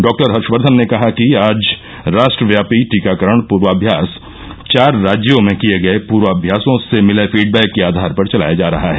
doctor Harshvardhan ने कहा कि आज राष्ट्रव्यापी टीकाकरण प्रवाभ्यास चार राज्यों में किए गए पूर्वाम्यासों से मिले फीडबैक के आधार पर चलाया जा रहा है